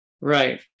Right